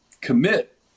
commit